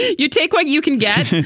you take what you can get,